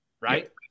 Right